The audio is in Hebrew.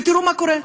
ותראו מה קורה.